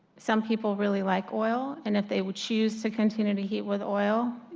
some people really like oil, and if they would choose to continue to he with oil,